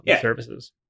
services